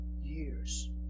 years